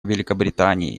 великобритании